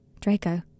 Draco